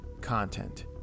content